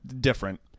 different